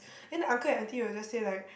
then the uncle and aunty will just say like